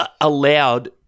allowed